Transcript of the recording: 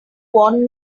want